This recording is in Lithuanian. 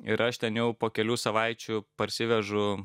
ir aš ten jau po kelių savaičių parsivežu